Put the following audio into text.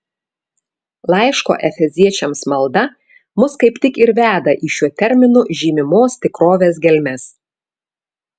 laiško efeziečiams malda mus kaip tik ir veda į šiuo terminu žymimos tikrovės gelmes